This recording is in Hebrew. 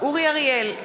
אורי אריאל,